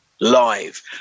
live